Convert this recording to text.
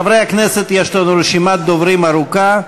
חברי הכנסת, יש לנו רשימת דוברים ארוכה.